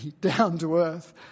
down-to-earth